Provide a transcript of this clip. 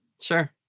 Sure